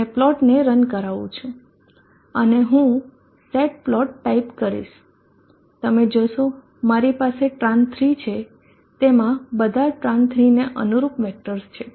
અને પ્લોટને રન કરાવું છું અને હું સેટ પ્લોટ ટાઇપ કરીશ તમે જોશો મારી પાસે Tran 3 છે જેમાં બધા ટ્રાન 3 ને અનુરૂપ વેક્ટર્સ છે